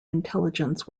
intelligence